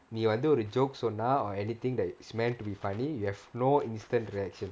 நீ வந்து ஒரு:nee vanthu oru joke சொன்னா:sonna or anything that is meant to be funny you have no instant reaction